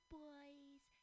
boy's